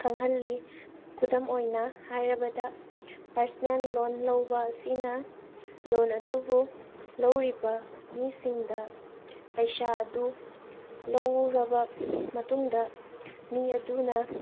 ꯈꯪꯍꯜꯂꯤ ꯈꯨꯗꯝ ꯑꯣꯏꯅ ꯍꯥꯏꯔꯕꯗ ꯄꯔꯁꯅꯦꯜ ꯂꯣꯟ ꯂꯧꯕ ꯑꯁꯤꯅ ꯂꯣꯟ ꯑꯗꯨꯕꯨ ꯂꯧꯔꯤꯕ ꯃꯤꯁꯤꯡꯗ ꯄꯩꯁꯥ ꯑꯗꯨ ꯂꯧꯔꯕ ꯃꯇꯨꯡꯗ ꯃꯤ ꯑꯗꯨꯅ